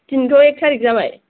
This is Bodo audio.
दिनैथ' एक तारिख जाबाय